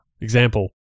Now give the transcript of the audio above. Example